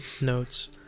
notes